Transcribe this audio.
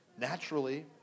Naturally